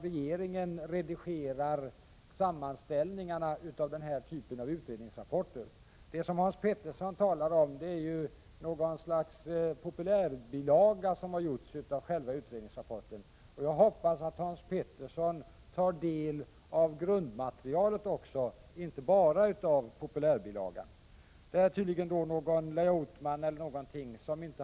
Regeringen redigerar inte sammanställningarna av denna typ av utrednings rapporter. Det Hans Pettersson talar om är något slags populärbilaga av — Prot. 1987/88:23 utredningsrapporten, och jag hoppas att han inte bara tar del av den utan — 13 november 1987 också av grundmaterialet. Det är tydligen någon layoutman som inte har haft.